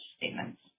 statements